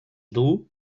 duu